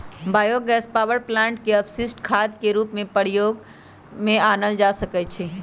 bio gas power plant के अपशिष्ट खाद के रूप में प्रयोग में आनल जा सकै छइ